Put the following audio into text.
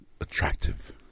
attractive